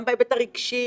גם בהיבט הרגשי,